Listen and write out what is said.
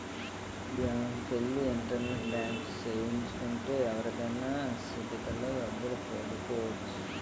బ్యాంకుకెల్లి internet banking సేయించు కుంటే ఎవరికైనా సిటికలో డబ్బులు పంపొచ్చును